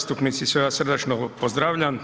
Sve vas srdačno pozdravljam.